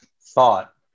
thought